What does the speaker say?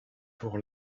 pour